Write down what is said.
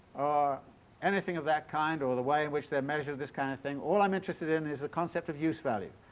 or anything of that kind, or the way in which they measure this kind of thing. all i'm interested in is the concept of use-value.